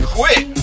quit